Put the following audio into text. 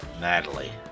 Natalie